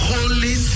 Holy